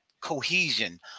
cohesion